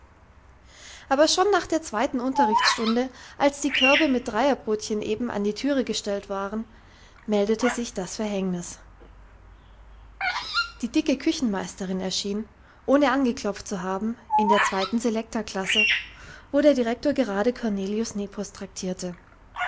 aber schon nach der zweiten unterrichtstunde als die körbe mit dreierbrodchen eben an die thüre gestellt waren meldete sich das verhängnis die dicke küchenmeisterin erschien ohne angeklopft zu haben in der zweiten selekta classe wo der direktor gerade cornelius nepos